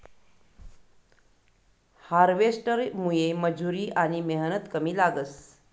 हार्वेस्टरमुये मजुरी आनी मेहनत कमी लागस